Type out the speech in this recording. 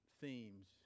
themes